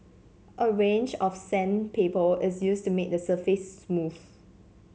a range of sandpaper is used to make the surface smooth